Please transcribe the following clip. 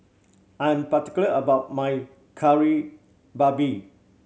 I am particular about my Kari Babi